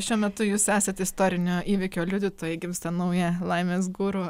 šiuo metu jūs esat istorinio įvykio liudytojai gimsta nauja laimės guru